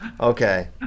Okay